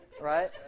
right